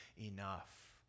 enough